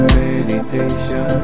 meditation